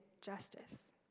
justice